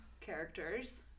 characters